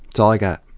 that's all i got.